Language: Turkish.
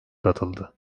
katıldı